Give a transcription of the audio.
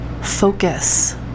Focus